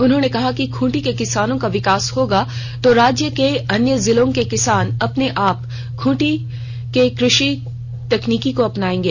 उन्होंने कहा कि खूंटी के किसानों का विकास होगा तो राज्य के अन्य जिलों के किसान अपने आप खूंटी के कृषि तकनीक को अपनाएंगे